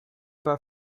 pas